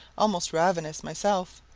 almost ravenous, myself,